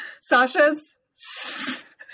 Sasha's